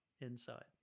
inside